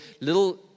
little